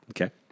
Okay